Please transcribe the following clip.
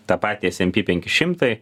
tą patį smp penki šimtai